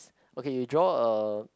okay you draw a